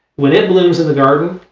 when it blooms in the garden,